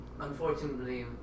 unfortunately